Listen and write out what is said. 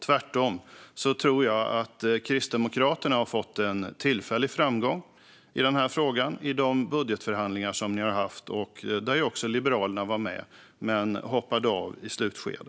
Tvärtom tror jag att Kristdemokraterna har fått en tillfällig framgång i den här frågan i de budgetförhandlingar som ni har haft, där ju också Liberalerna var med men hoppade av i slutskedet.